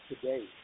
today